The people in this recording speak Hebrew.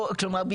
או כלומר,